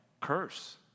curse